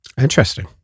Interesting